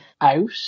out